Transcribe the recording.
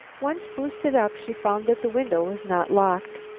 once boosted up she found that the window was not locked.